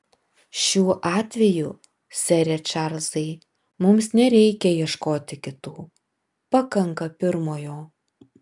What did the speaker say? šiuo atveju sere čarlzai mums nereikia ieškoti kitų pakanka pirmojo